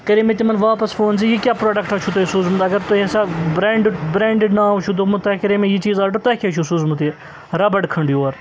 کَرے مےٚ تِمَن واپَس فون زِ یہِ کیاہ پرٛوڈَکٹہ چھُو تۄہہِ سوٗزمُت اگر تۄہہِ ہسا برٛینٛڈٕ برٛینٛڈِڈ ناو چھُ دوٚمُت تۄہہِ کَرے مےٚ یہِ چیٖز آرڈَر تۄہہِ کیٛاہ چھُ سوٗزمُت یہِ رَبڑ کھٔنٛڈ یور